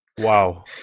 Wow